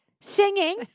singing